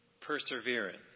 perseverance